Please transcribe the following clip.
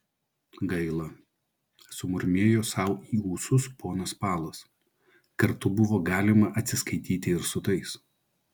gaila sumurmėjo sau į ūsus ponas palas kartu buvo galima atsiskaityti ir su tais